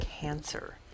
cancer